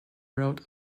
wrote